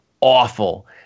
awful